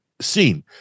seen